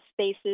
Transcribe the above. spaces